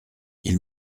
ils